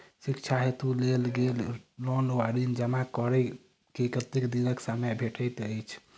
शिक्षा हेतु लेल गेल लोन वा ऋण जमा करै केँ कतेक दिनक समय भेटैत अछि?